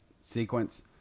sequence